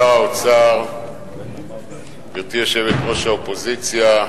שר האוצר, גברתי יושבת-ראש האופוזיציה,